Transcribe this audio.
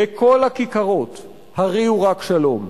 "בכל הכיכרות הריעו רק שלום",